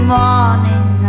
morning